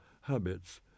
habits